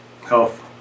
health